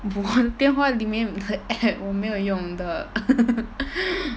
我的电话里面的 app 我没有用的